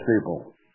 people